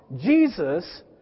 Jesus